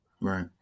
Right